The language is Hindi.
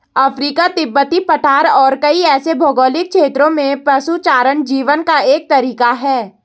अफ्रीका, तिब्बती पठार और कई ऐसे भौगोलिक क्षेत्रों में पशुचारण जीवन का एक तरीका है